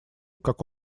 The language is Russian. как